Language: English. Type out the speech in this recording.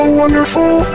wonderful